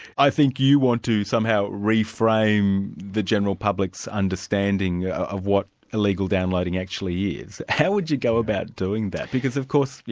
i think you want to somehow reframe the general public's understanding of what illegal downloading actually is. how would you go about doing that? because of course,